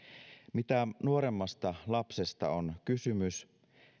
mitä nuoremmasta lapsesta on kysymys